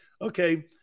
okay